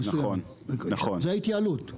זו ההתייעלות,